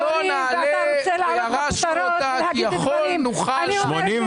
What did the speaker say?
"עלה נעלה וירשנו אותה כי יכול נוכל לה." תעזוב.